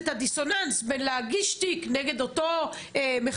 זה את הדיסוננס בין להגיש תיק נגד אותו מחבל,